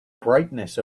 brightness